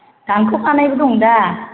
दानखाव खानायबो दंदा